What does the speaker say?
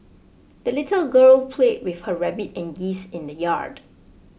the little girl played with her rabbit and geese in the yard